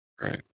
Right